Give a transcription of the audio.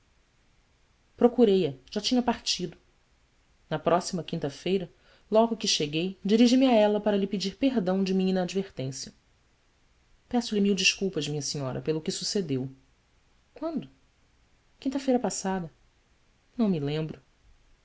procurei a já tinha partido na próxima quinta-feira logo que cheguei dirigi-me a ela para lhe pedir perdão de minha inadvertência eço lhe mil desculpas minha senhora pelo que sucedeu uando uinta feira passada ão me lembro